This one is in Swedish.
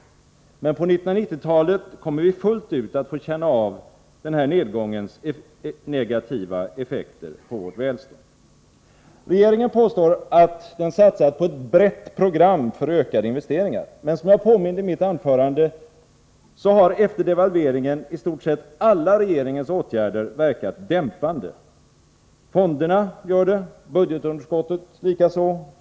Men på 1990-talet kommer vi fullt ut att få känna av den här nedgångens negativa effekter på vårt välstånd. Regeringen påstår att den satsar på ett brett program för ökade investeringar, men som jag påminde om i ett tidigare inlägg har efter devalveringen i stort sett alla regeringens åtgärder verkat dämpande. Fonderna gör det, budgetunderskottet likaså.